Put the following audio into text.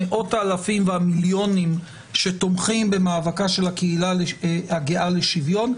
מאות-האלפים והמיליונים שתומכים במאבקה של הקהילה הגאה לשוויון,